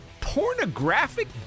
Pornographic